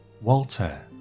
Walter